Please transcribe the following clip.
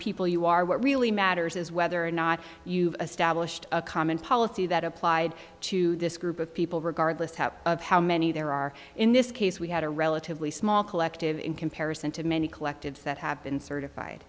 people you are what really matters is whether or not you've established a common policy that applied to this group of people regardless of how many there are in this case we had a relatively small collective in comparison to many collectives that have been certified